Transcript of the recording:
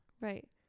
Right